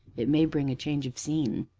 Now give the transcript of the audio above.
it may bring a change of scene.